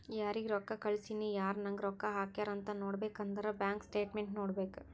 ಯಾರಿಗ್ ರೊಕ್ಕಾ ಕಳ್ಸಿನಿ, ಯಾರ್ ನಂಗ್ ರೊಕ್ಕಾ ಹಾಕ್ಯಾರ್ ಅಂತ್ ನೋಡ್ಬೇಕ್ ಅಂದುರ್ ಬ್ಯಾಂಕ್ ಸ್ಟೇಟ್ಮೆಂಟ್ ನೋಡ್ಬೇಕ್